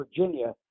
Virginia